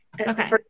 Okay